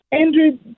Andrew